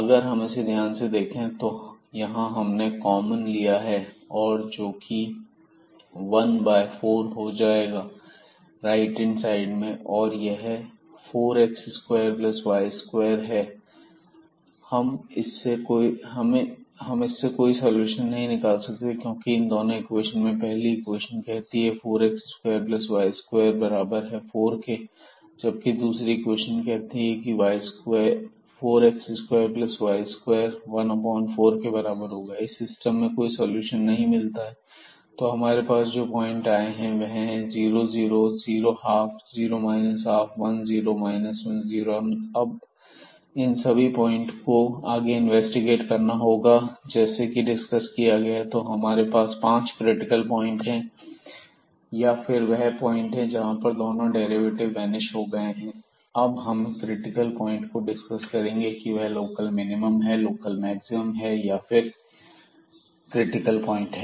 अगर हम इसे ध्यान से देखें तो यहां हमने 4 कॉमन लिया है और जो कि 1 बाय 4 हो जाएगा राइट हैंड साइड में और यह 4 x2y2 है हम इससे कोई सलूशन नहीं निकाल सकते क्योंकि इन दोनों इक्वेशन में पहली इक्वेशन कहती है 4 x2y2 बराबर है 4 के जबकि दूसरी इक्वेशन कहती है कहती है 4 x2y2 14 होगा इस सिस्टम से हमें कोई सलूशन नहीं मिलता है तो हमारे पास जो पॉइंट आए हैं वह हैं 0 00120 1210 10अब इस इन सभी उसको पॉइंट को आगे इन्वेस्टिगेट करना होगा जैसे की डिस्कस किया गया है तो हमारे पास 5 क्रिटिकल पॉइंट हैं या फिर वह पॉइंट है जहां पर दोनों डेरिवेटिव वैनिश हो गए हैं अब हमें हर क्रिटिकल पॉइंट को डिस्कस करना होगा कि वह लोकल मिनिमम है या लोकल मैक्सिमम है या क्रिटिकल पॉइंट है